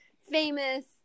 famous